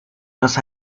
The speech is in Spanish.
los